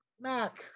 Mac